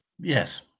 Yes